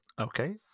okay